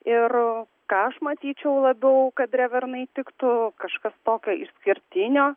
ir ką aš matyčiau labiau kad drevernai tiktų kažkas tokio išskirtinio